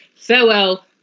farewell